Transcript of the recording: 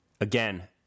Again